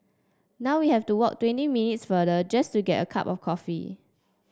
now we have to walk twenty minutes farther just to get a cup of coffee